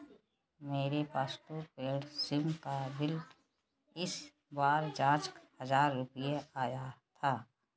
मेरे postpaid SIM का bill इस बार पाँच हजार रुपए आया था